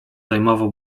zajmował